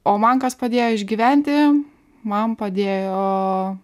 o man kas padėjo išgyventi man padėjo